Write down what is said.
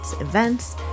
events